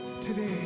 today